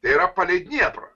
tai yra palei dnieprą